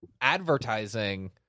advertising